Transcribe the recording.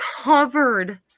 covered